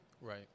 right